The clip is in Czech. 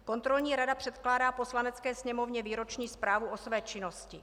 Kontrolní rada předkládá Poslanecké sněmovně výroční zprávu o své činnosti.